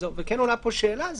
וכן עולה פה שאלה,